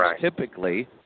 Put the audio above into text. typically